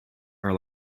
are